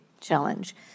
challenge